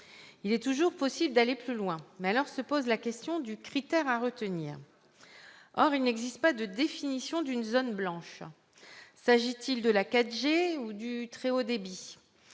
Il est toujours possible d'aller plus loin, mais se pose alors la question du critère à retenir. Or il n'existe pas de définition de la « zone blanche »: s'agit-il de la 4G ou du très haut débit ?